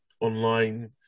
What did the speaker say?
online